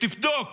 ותבדוק